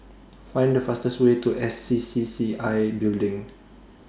Find The fastest Way to S C C C I Building